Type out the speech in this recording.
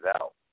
out